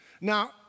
Now